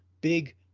big